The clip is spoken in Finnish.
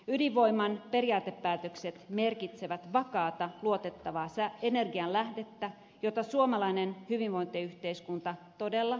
ydinvoiman periaatepäätökset merkitsevät vakaata luotettavaa energianlähdettä jota suomalainen hyvinvointiyhteiskunta todella tarvitsee